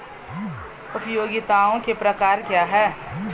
उपयोगिताओं के प्रकार क्या हैं?